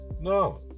No